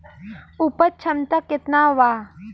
उपज क्षमता केतना वा?